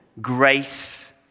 grace